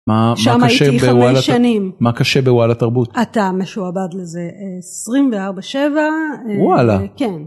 ‫מה... מה קש... שם הייתי חמש שנים. ‫-מה קשה בוואלה תרבות? ‫אתה משועבד לזה 24 שבע. ‫-וואלה. כן.